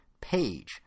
page